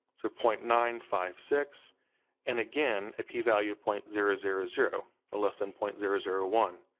so point nine five six and again, a p-value of point zero zero zero or less than point zero zero one.